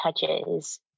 touches